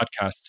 podcast